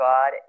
God